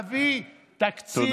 להביא תקציב,